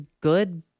good